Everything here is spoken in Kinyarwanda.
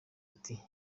ati